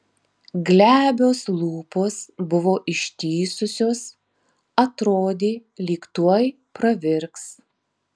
glebios lūpos buvo ištįsusios atrodė lyg tuoj pravirks